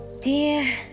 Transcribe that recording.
Dear